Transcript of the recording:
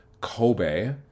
Kobe